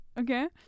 okay